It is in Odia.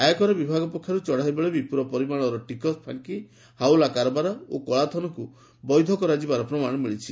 ଆୟକର ବିଭାଗ ପକ୍ଷରୁ ଚଢ଼ଉ ବେଳେ ବିପୁଳ ପରିମାଣର ଟିକସ ଫାଙ୍କି ହାଓ୍ୱଲା କାରବାର ଓ କଳାଧନକୁ ବୈଧ କରାଯାଇଥିବାର ପ୍ରମାଣ ମିଳିଛି